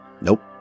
Nope